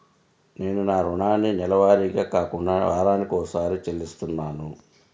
నేను నా రుణాన్ని నెలవారీగా కాకుండా వారానికోసారి చెల్లిస్తున్నాను